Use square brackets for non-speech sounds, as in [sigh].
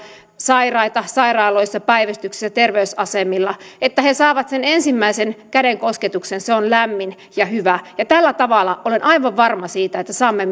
sairaita sairaaloissa päivystyksessä terveysasemilla että he saavat sen ensimmäisen kädenkosketuksen ja se on lämmin ja hyvä olen aivan varma siitä että tällä tavalla saamme [unintelligible]